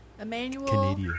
Emmanuel